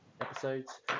episodes